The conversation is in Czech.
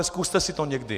Zkuste si to někdy.